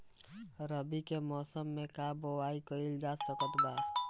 रवि के मौसम में का बोआई कईल जा सकत बा?